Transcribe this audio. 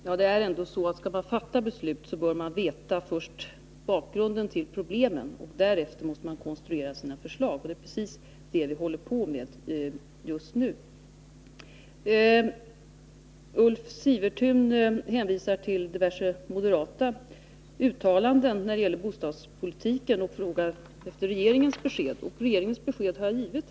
Herr talman! När man skall fatta beslut bör man först ta reda på bakgrunden till problemen, och därefter måste man konstruera sina förslag. Det är precis detta vi håller på med just nu. Ulf Sivertun hänvisar till diverse moderata uttalanden om bostadspolitiken och frågar efter regeringens besked. Jag har givit regeringens besked i svaret.